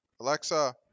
Alexa